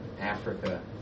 Africa